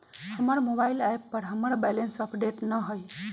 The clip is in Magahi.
हमर मोबाइल एप पर हमर बैलेंस अपडेट न हई